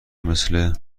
مثل